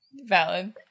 valid